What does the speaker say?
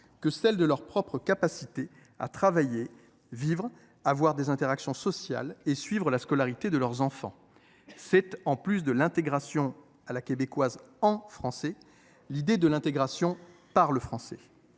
qu’à leur propre capacité à travailler, vivre, avoir des interactions sociales et suivre la scolarité de leurs enfants. En plus de l’intégration à la québécoise en français, c’est l’idée de l’intégration par le français.